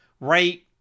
Right